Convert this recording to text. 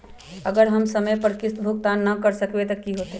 अगर हम समय पर किस्त भुकतान न कर सकवै त की होतै?